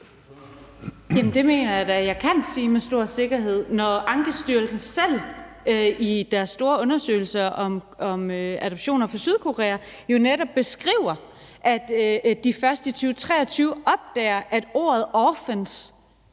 Jamen det mener jeg da at jeg kan sige med stor sikkerhed, når Ankestyrelsen selv i deres store undersøgelse om adoptioner fra Sydkorea jo netop beskriver, at de først i 2023 opdager, at ordet orphans